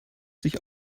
sich